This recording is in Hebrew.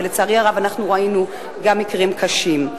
ולצערי הרב, אנחנו ראינו גם מקרים קשים.